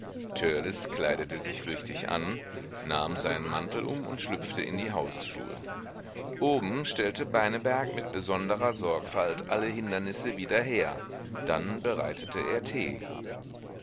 kleidete sich flüchtig an nahm seinen mantel um und schlüpfte in die hausschuhe oben stellte beineberg mit besonderer sorgfalt alle hindernisse wieder her dann bereitete er thee